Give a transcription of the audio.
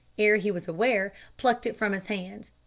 ere he was aware, plucked it from his hand.